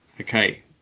Okay